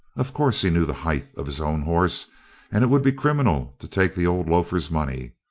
of course he knew the height of his own horse and it would be criminal to take the old loafer's money,